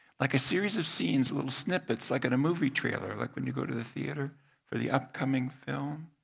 like a series of scenes, little snippets like in a movie trailer like when you go to the theater for the upcoming film.